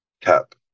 cap